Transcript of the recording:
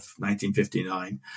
1959